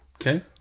Okay